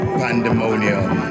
pandemonium